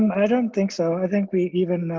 i don't think so. i think we even,